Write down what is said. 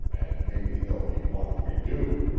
and maybe there'll be one if we do.